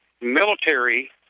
military